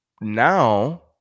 now